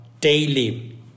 daily